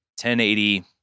1080